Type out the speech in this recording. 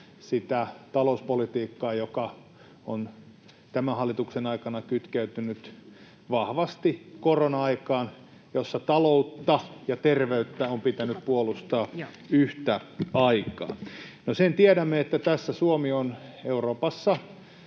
sitä talouspolitiikkaa, joka on tämän hallituksen aikana kytkeytynyt vahvasti korona-aikaan, jossa taloutta ja terveyttä on pitänyt puolustaa yhtä aikaa. No, sen tiedämme, että tässä Suomi on Euroopassa